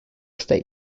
state